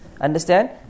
Understand